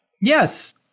Yes